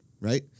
Right